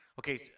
Okay